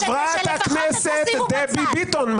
חברת הכנסת דבי ביטון,